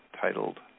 titled